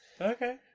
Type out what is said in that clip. Okay